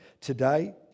today